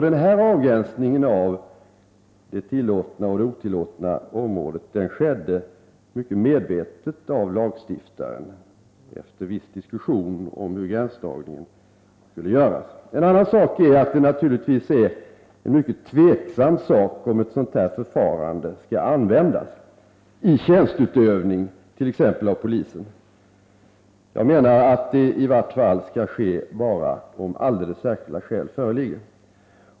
Den här avgränsningen av det tillåtna och det otillåtna området skedde mycket medvetet av lagstiftaren efter viss diskussion om hur gränsdragningen skulle göras. En annan sak är att det naturligtvis är mycket tvivelaktigt om ett sådant här förfarande skall användas i t.ex. polisens tjänsteutövning. Jag menar att det skall användas endast om alldeles särskilda skäl föreligger.